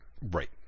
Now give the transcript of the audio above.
Right